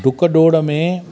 डुक डोड़ में